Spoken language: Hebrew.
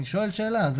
אני שואל שאלה.